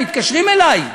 הם מתקשרים אלי.